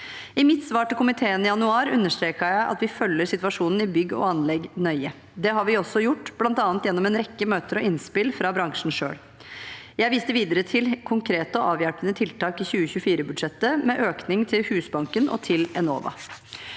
I mitt svar til komiteen i januar understreket jeg at vi følger situasjonen i bygg og anlegg nøye. Det har vi også gjort, bl.a. gjennom en rekke møter med og innspill fra bransjen selv. Jeg viste videre til konkrete og avhjelpende tiltak i 2024-budsjettet, med økning til Husbanken og til Enova.